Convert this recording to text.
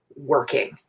working